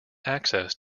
access